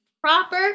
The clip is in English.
proper